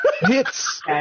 hits